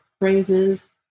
phrases